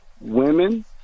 women